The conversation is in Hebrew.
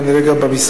כנראה גם במשרד,